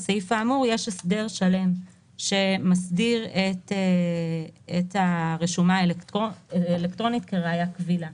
בסעיף האמור יש הסדר שלם שמסדיר את הרשומה האלקטרונית כראיה קבילה.